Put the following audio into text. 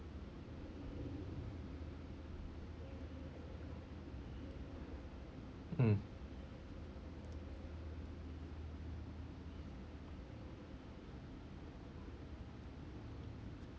mm